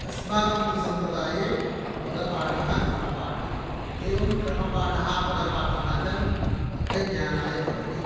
अस्माकं तु सम्प्रदाये पदपाठः क्रमपाठः एवं क्रमपाठः पदपाठः च अर्थज्ञानाय भवति